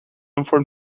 inform